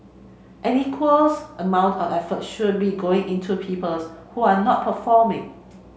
an equals amount of effort should be going into peoples who are not performing